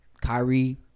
Kyrie